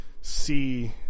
see